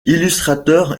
illustrateur